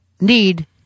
need